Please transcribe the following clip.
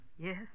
Yes